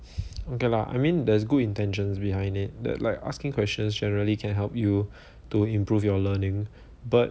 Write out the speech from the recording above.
okay lah I mean there's good intentions behind it that like asking questions generally can help you to improve your learning but